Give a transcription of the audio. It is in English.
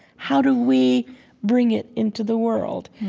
how do we bring it into the world?